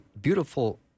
beautiful